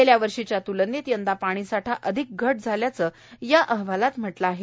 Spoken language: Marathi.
गेल्या वर्षीच्या त्लनेत यंदा पाणीसाठा अधिक घट झाल्याचं या अहवालात म्हटलं आहे